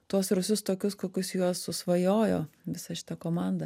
tuos rūsius tokius kokius juos svajojo visa šita komanda